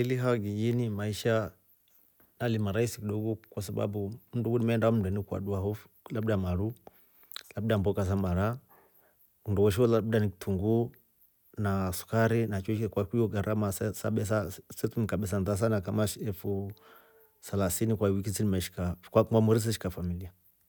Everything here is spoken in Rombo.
I haa kijijini maisha alimarahisi kidogo kwasababu mndu wemeenda hoo mndeni ukadua oh labda maru labda mboka sa mara, nndo we shoola labda ni kitunguu na sukari na kwahiyo gharama sa sa sabesa se tumika besa ndha sana kama shilingi elfu selasini kwa wiki simmeshikaaa, kwa mweeri si meshika familia.